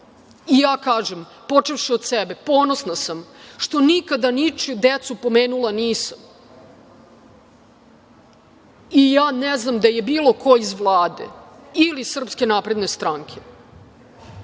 Ja kažem, počevši od sebe, ponosna sam što nikada ničiju decu pomenula nisam i ja ne znam da je bilo ko iz Vlade ili SNS.S druge strane,